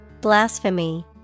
Blasphemy